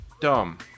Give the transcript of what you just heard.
dumb